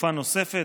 לתקופה נוספת.